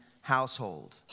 household